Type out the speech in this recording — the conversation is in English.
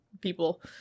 people